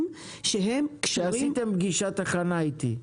שהם קשורים --- כשעשיתם פגישת הכנה אתי,